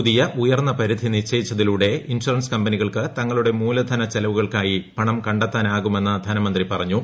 പുതിയ ഉയർന്ന പരിധി നിശ്ചയിച്ചതിലൂടെ ഇൻഷുറൻസ് കമ്പനികൾക്ക് തങ്ങളുടെ മൂലധന ചെലവുകൾക്കായി പണം കണ്ടെത്താനാകുമെന്ന് ധനമന്ത്രി പറഞ്ഞു